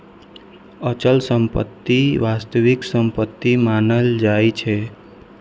अचल संपत्ति वास्तविक संपत्ति मानल जाइ छै